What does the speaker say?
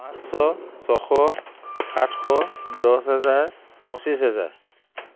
পাঁচশ ছশ সাতশ দহ হেজাৰ পঁচিছ হেজাৰ